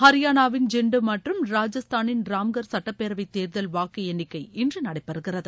ஹரியானாவின் ஜிண்டு மற்றும ராஜஸ்தானின் ராம்கர் சுட்டப்பேரவைத் தேர்தல் வாக்கு எண்ணிக்கை இன்று நடைபெறுகிறது